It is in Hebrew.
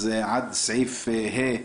עד סעיף ה'